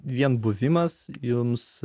vien buvimas jums